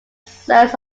sons